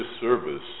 service